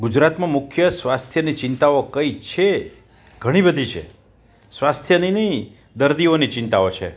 ગુજરાતમાં મુખ્ય સ્વાસ્થ્યની ચિંતાઓ કઈ છે ઘણીબધી છે સ્વાસ્થ્યની નહીં દર્દીઓની ચિંતાઓ છે